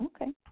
Okay